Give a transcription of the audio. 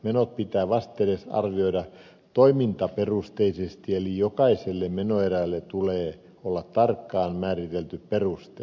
menot pitää vastedes arvioida toimintaperusteisesti eli jokaiselle menoerälle tulee olla tarkkaan määritelty peruste